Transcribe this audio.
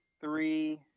three